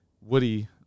Woody